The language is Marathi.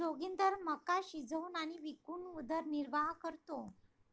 जोगिंदर मका शिजवून आणि विकून उदरनिर्वाह करतो